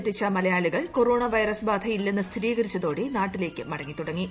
എത്തിച്ച മലയാളികൾ corona virus ബാധ ഇല്ലെന്ന് സ്ഥിരീകരിച്ചതോടെ നാട്ടിലേക്ക് മടങ്ങിത്തുടങ്ങി